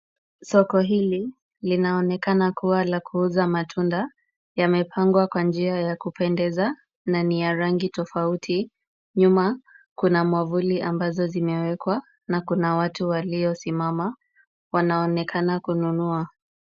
Soko hili, linaonekana kuwa la kuuza matunda yamepangwa kwa njia ya kupendeza na ni ya rangi tofauti. Nyuma, kuna mwavuli ambazo zimewekwa na kuna watu waliosimama. Wanaonekana kununua.